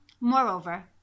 Moreover